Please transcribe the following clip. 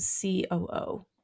COO